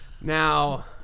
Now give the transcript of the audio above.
now